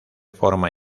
forma